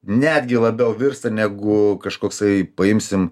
netgi labiau virsta negu kažkoksai paimsim